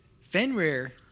Fenrir